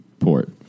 port